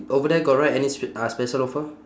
over there got write any s~ uh special offer